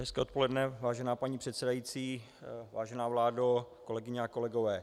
Hezké odpoledne, vážená paní předsedající, vážená vládo, kolegyně a kolegové.